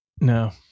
no